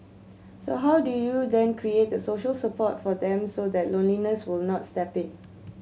so how do you then create the social support for them so that loneliness will not step in